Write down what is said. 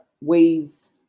ways